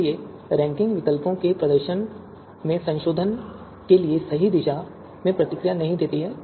इसलिए रैंकिंग विकल्पों के प्रदर्शन में संशोधन के लिए सही दिशा में प्रतिक्रिया नहीं देती है